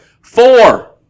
four